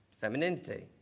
femininity